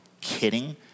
kidding